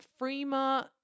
Freema